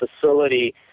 facility